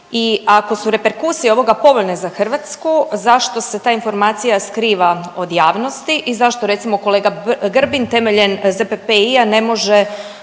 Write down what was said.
I ako su reperkusije ovoga povoljne za Hrvatsku zašto se ta informacija skriva od javnosti i zašto recimo kolega Grbin temeljem ZPPI-a na može